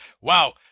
wow